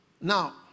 Now